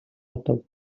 одов